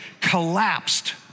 collapsed